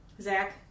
Zach